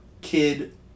kid